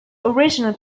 original